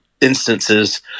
instances